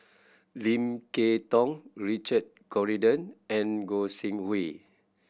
Lim Kay Tong Richard Corridon and Gog Sing Hooi